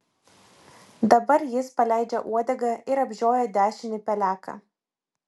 dabar jis paleidžia uodegą ir apžioja dešinį peleką